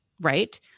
right